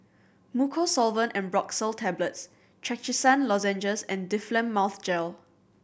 Mucosolvan Ambroxol Tablets Trachisan Lozenges and Difflam Mouth Gel